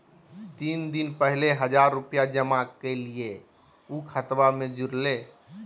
तीन दिन पहले हजार रूपा जमा कैलिये, ऊ खतबा में जुरले?